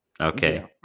Okay